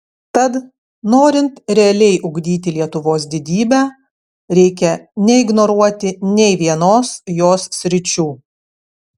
tad norint realiai ugdyti lietuvos didybę reikia neignoruoti nei vienos jos sričių